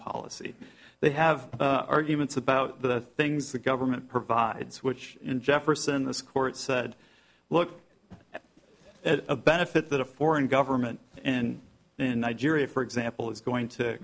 policy they have arguments about the things the government provides which in jefferson this court said look at a benefit that a foreign government in in nigeria for example is going to